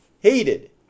hated